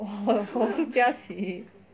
我我我是家琪